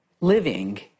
living